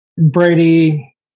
Brady